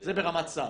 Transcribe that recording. זה ברמת שר.